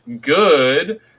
good